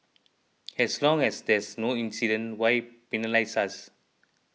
as long as there's no incident why penalise us